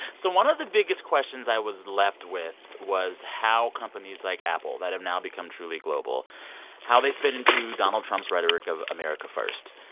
so one of the biggest questions i was left with was how companies like apple that have now become truly global how they fit into donald trump's rhetoric of america first.